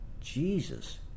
jesus